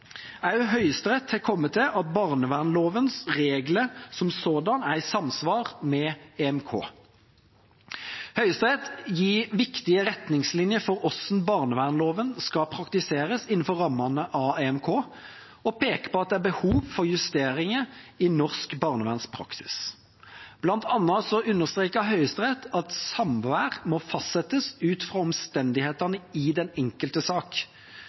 Høyesterett har kommet til at barnevernlovens regler som sådanne er i samsvar med EMK. Høyesterett gir viktige retningslinjer for hvordan barnevernloven skal praktiseres innenfor rammene av EMK, og peker på at det er behov for justeringer i norsk barnevernspraksis. Blant annet understreket Høyesterett at samvær må fastsettes ut fra omstendighetene i den enkelte sak.